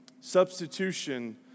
Substitution